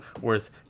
worth